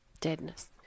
deadness